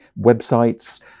websites